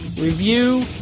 review